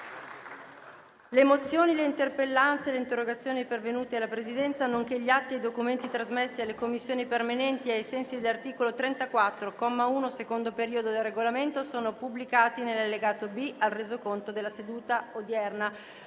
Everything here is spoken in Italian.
Le mozioni, le interpellanze e le interrogazioni pervenute alla Presidenza, nonché gli atti e i documenti trasmessi alle Commissioni permanenti ai sensi dell'articolo 34, comma 1, secondo periodo, del Regolamento sono pubblicati nell'allegato B al Resoconto della seduta odierna.